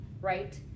right